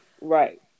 Right